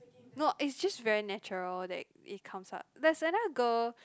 no it's just very natural that it it comes out there's another girl